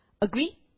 Agree